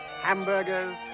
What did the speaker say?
hamburgers